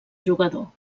jugador